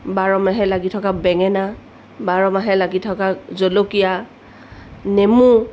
বাৰমাহে লাগি থকা বেঙেনা বাৰমাহে লাগি থকা জলকীয়া নেমু